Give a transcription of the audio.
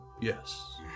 Yes